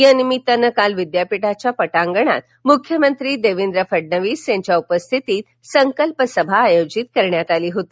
या निमित्तानं काल विद्यापीठाच्या पटांगणात मुख्यमंत्री देवेंद्र फडणवीस यांच्या उपस्थितीत संकल्प सभा आयोजित करण्यात आली होती